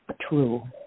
true